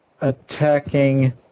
attacking